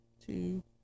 two